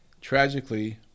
Tragically